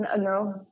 No